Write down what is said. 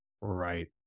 Right